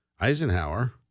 Eisenhower